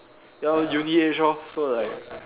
ya lor uni age lor so like